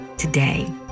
Today